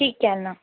ठीक आहे ना